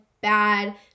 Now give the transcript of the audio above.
bad